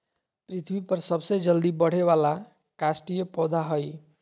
पृथ्वी पर सबसे जल्दी बढ़े वाला काष्ठिय पौधा हइ